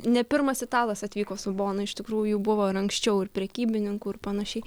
ne pirmas italas atvyko su bona iš tikrųjų buvo ir anksčiau ir prekybininkų ir panašiai